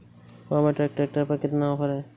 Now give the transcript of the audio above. Power track tractor पर कितना offer है?